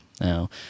Now